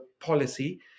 policy